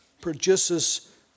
produces